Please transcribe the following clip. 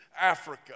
Africa